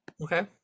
Okay